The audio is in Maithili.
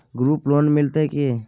ग्रुप लोन मिलतै की?